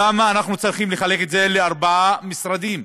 למה אנחנו צריכים לחלק את זה לארבעה משרדים?